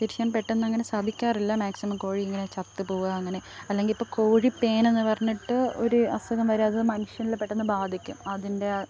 തിരിച്ചറിയാൻ പെട്ടെന്ന് അങ്ങനെ സാധിക്കാറില്ല മാക്സിമം കോഴി ഇങ്ങനെ ചത്തുപോവുക അങ്ങനെ അല്ലെങ്കിൽ ഇപ്പോൾ കോഴിപ്പേൻ എന്ന് പറഞ്ഞിട്ട് ഒരു അസുഖം വരും അത് മനുഷ്യരിൽ പെട്ടെന്ന് ബാധിക്കും അതിൻ്റെ